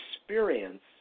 experience